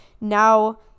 now